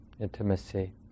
intimacy